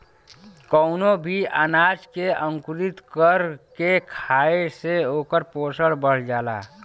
कवनो भी अनाज के अंकुरित कर के खाए से ओकर पोषण बढ़ जाला